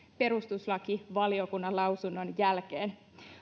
perustuslakivaliokunnan lausunnon jälkeen